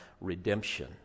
redemption